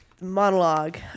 Monologue